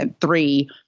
three